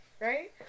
Right